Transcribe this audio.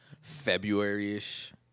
February-ish